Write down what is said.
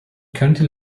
currently